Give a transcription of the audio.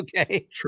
Okay